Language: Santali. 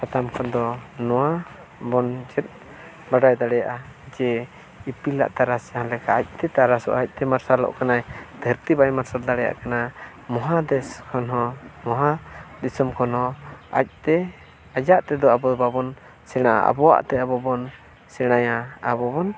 ᱥᱟᱛᱟᱢ ᱠᱷᱚᱱᱫᱚ ᱱᱚᱣᱟ ᱵᱚᱱ ᱪᱮᱫ ᱵᱟᱲᱟᱭ ᱫᱟᱲᱮᱭᱟᱜᱼᱟ ᱡᱮ ᱤᱯᱤᱞᱟᱜ ᱛᱟᱨᱟᱥ ᱡᱟᱦᱟᱸ ᱞᱮᱠᱟ ᱟᱡ ᱛᱮ ᱛᱟᱨᱟᱥᱚᱜᱼᱟ ᱟᱡ ᱛᱮ ᱢᱟᱨᱥᱟᱞᱚᱜ ᱠᱟᱱᱟᱭ ᱫᱷᱟᱹᱨᱛᱤ ᱵᱟᱭ ᱢᱟᱨᱥᱟᱞ ᱫᱟᱲᱮᱭᱟᱜ ᱠᱟᱱᱟ ᱢᱚᱦᱟᱫᱮᱥ ᱠᱷᱚᱱ ᱦᱚᱸ ᱢᱚᱦᱟ ᱫᱤᱥᱚᱢ ᱠᱷᱚᱱ ᱦᱚᱸ ᱟᱡᱛᱮ ᱟᱡᱟᱜ ᱛᱮᱫᱚ ᱟᱵᱚ ᱵᱟᱵᱚᱱ ᱥᱮᱬᱟᱜᱼᱟ ᱟᱵᱚᱣᱟᱜ ᱛᱮ ᱟᱵᱚ ᱵᱚᱱ ᱥᱮᱬᱟᱭᱟ ᱟᱵᱚ ᱵᱚᱱ